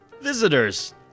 visitors